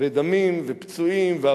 וד"ר דוד ומשפחתו נמצאים כאן,